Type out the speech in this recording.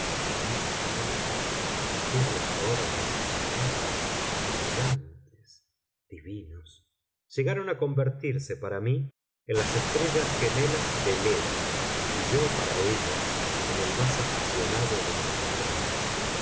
aquellos ojos aquellos orbes inmensos brillantes divinos llegaron a convertirse para mí en las estrellas gemelas de leda y yo para ellas en el más apasionado de los astrólogos